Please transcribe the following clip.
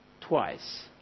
twice